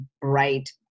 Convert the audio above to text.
bright